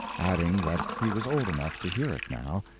adding that he was old enough to hear it now,